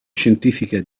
scientifica